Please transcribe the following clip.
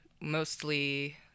mostly